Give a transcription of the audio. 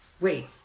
Wait